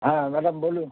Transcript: হ্যাঁ ম্যাডাম বলুন